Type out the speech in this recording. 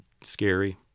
scary